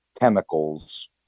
chemicals